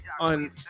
on